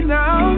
now